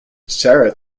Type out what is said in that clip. sarah